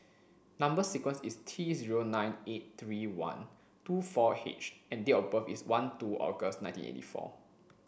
number sequence is T zero nine eight three one two four H and date of birth is one two August nineteen eighty four